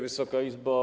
Wysoka Izbo!